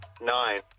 Nine